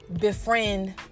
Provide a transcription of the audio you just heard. befriend